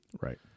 Right